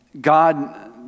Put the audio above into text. God